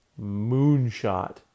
moonshot